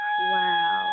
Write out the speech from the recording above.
Wow